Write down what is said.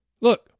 Look